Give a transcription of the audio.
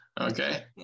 Okay